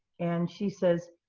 and she says,